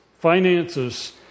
Finances